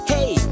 Hey